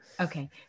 Okay